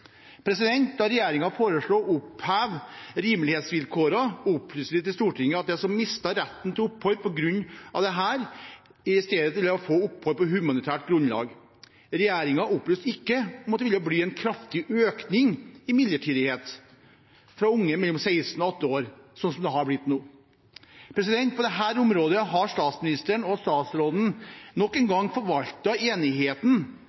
Da regjeringen foreslo å oppheve rimelighetsvilkårene, opplyste den til Stortinget at de som mistet retten til opphold på grunn av dette, i stedet ville få opphold på humanitært grunnlag. Regjeringen opplyste ikke om at det ville bli en kraftig økning i midlertidighet for unge mellom 16 år og 18 år, sånn som det har blitt nå. På dette området har statsministeren og statsråden nok en gang forvaltet enigheten